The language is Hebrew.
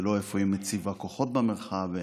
ולא איפה היא מציבה כוחות במרחב,